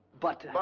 but,